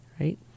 Right